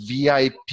VIP